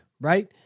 right